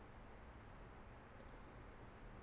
it's quite crowded here and